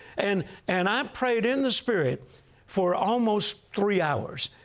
and and i prayed in the spirit for almost three hours.